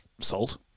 salt